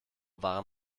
waren